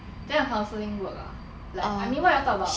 then her counselling work ah like I mean what you all talk about